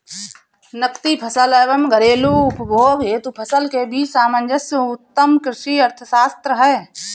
नकदी फसल एवं घरेलू उपभोग हेतु फसल के बीच सामंजस्य उत्तम कृषि अर्थशास्त्र है